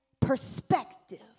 perspective